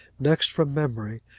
next from memory,